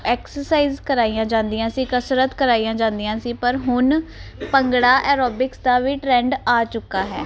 exercise ਕਰਾਈਆਂ ਜਾਂਦੀਆਂ ਸੀ ਕਸਰਤ ਕਰਾਈਆਂ ਜਾਂਦੀਆਂ ਸੀ ਪਰ ਹੁਣ ਭੰਗੜਾ ਐਰੋਬਿਕਸ ਦਾ ਵੀ ਟਰੈਂਡ ਆ ਚੁੱਕਾ ਹੈ